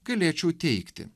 galėčiau teigti